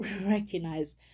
recognize